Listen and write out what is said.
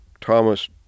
thomas